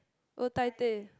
oh Thai teh